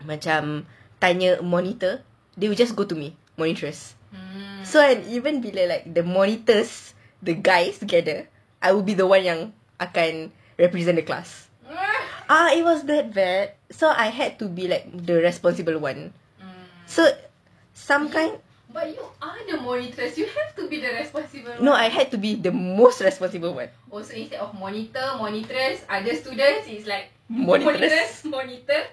macam tanya monitor they will just go to me monitress so even the monitors the guy together I will be the one yang akan represent the class it was that bad so I had to be like the responsible one so sometimes no I had to be the most responsible ones